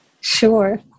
sure